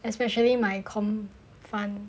especially my com fund